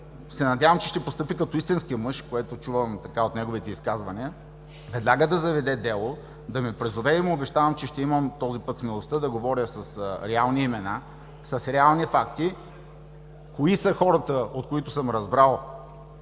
се надявам, че ще постъпи като истински мъж, което чувам от неговите изказвания, веднага да заведе дело, да ме призове и му обещавам, че ще имам този път смелостта да говоря с реални имена, с реални факти кои са хората, от които съм разбрал,